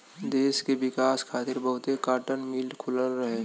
देस के विकास खातिर बहुते काटन मिल खुलल रहे